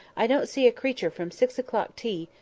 i don't see a creature from six o'clock tea,